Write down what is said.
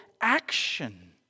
action